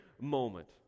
moment